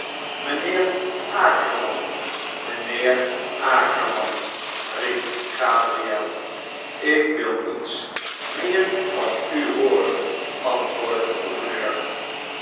mijnheer akerman mijnheer akerman riep gabriel ik wil niets meer van u hooren antwoordde de gouverneur